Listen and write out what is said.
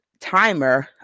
timer